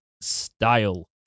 style